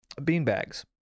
beanbags